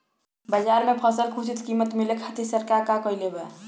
बाजार में फसल के उचित कीमत मिले खातिर सरकार का कईले बाऽ?